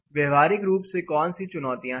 व्यावहारिक रूप से कौन सी चुनौतियां हैं